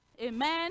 Amen